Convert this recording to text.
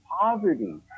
poverty